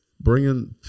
bringing